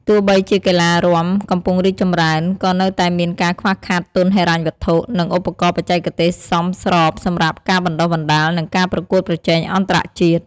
ទោះបីជាកីឡារាំកំពុងរីកចម្រើន ក៏នៅតែមានការខ្វះខាតទុនហិរញ្ញវត្ថុ និងឧបករណ៍បច្ចេកទេសសមស្របសម្រាប់ការបណ្តុះបណ្តាល និងការប្រកួតប្រជែងអន្តរជាតិ។